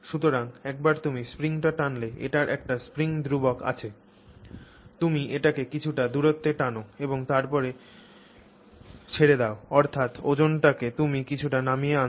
সুতরাং একবার তুমি স্প্রিংটি টানলে এটির একটি স্প্রিং ধ্রুবক আছে তুমি এটিকে কিছুটা দূরত্বে টান এবং তারপরে ছেড়ে দাও অর্থাৎ ওজনটাকে তুমি কিছুটা নামিয়ে আনছ